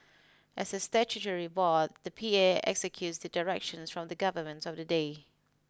as a statutory board the P A executes the directions from the government of the day